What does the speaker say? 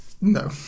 no